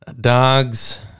dogs